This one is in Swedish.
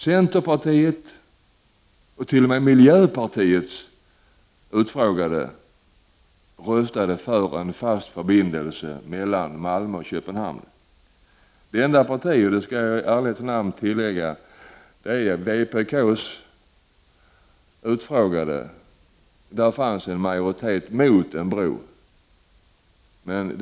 Centerpartiets och t.o.m. miljöpartiets väljare röstade för en fast förbindelse mellan Malmö och Köpenhamn. Det enda parti — det skall jag i ärlighetens namn tillägga — som hade en majoritet av sympatisörerna mot en bro var vpk.